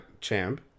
champ